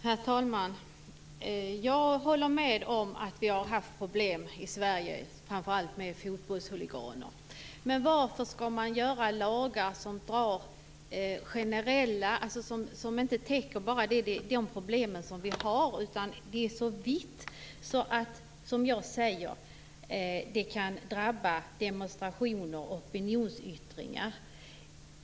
Herr talman! Jag håller med om att vi har haft problem i Sverige med framför allt fotbollshuliganer. Men varför skall man stifta lagar som inte bara täcker de problem som vi har utan är så vida att det kan drabba demonstrationer och opinionsyttringar?